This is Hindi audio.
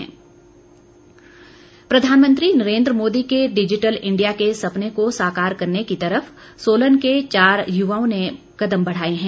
रेडियो स्टेशन प्रधानमंत्री नरेन्द्र मोदी के डिजिटल इंडिया के सपने को साकार करने की तरफ सोलन के चार युवाओं ने कदम बढ़ाए हैं